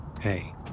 Hey